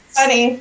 funny